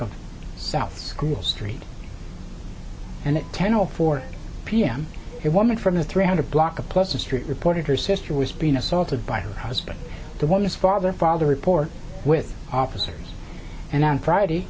of south school's street and at ten o four p m it woman from the three hundred block of plus the street reported her sister was being assaulted by her husband the woman's father filed a report with officers and on friday